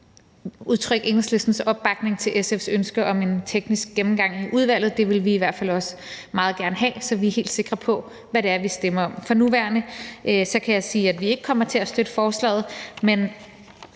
udtrykke Enhedslistens opbakning til SF's ønske om en teknisk gennemgang i udvalget, for det vil vi i hvert fald også meget gerne have, så vi er helt sikre på, hvad det er, vi stemmer om. For nuværende kan jeg sige, at vi ikke kommer til at støtte forslaget, men